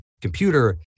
computer